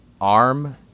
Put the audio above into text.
arm